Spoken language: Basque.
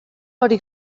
hori